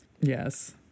yes